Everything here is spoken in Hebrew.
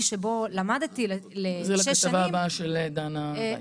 שבו למדתי לשש שנים -- זה לכתבה הבאה של דנה וייס.